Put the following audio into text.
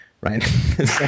right